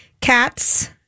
Cats